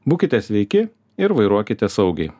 būkite sveiki ir vairuokite saugiai